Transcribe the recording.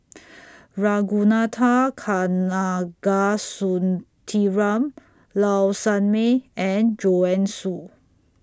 Ragunathar Kanagasuntheram Low Sanmay and Joanne Soo